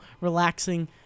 Relaxing